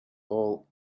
all